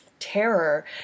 terror